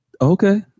Okay